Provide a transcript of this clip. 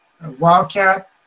Wildcat